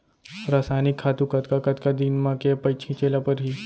रसायनिक खातू कतका कतका दिन म, के पइत छिंचे ल परहि?